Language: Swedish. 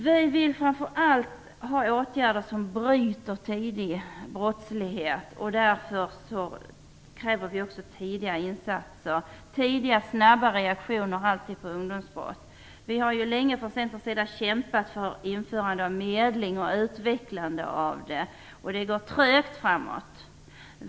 Vi vill framför allt ha åtgärder som bryter tidig brottslighet. Därför kräver vi också tidiga insatser, och alltid tidiga och snabba reaktioner på ungdomsbrott. Vi har länge från Centerns sida kämpat för införande av medling och utvecklande av det. Det går trögt framåt.